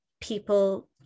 people